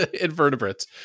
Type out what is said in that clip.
invertebrates